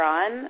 on